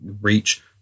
reach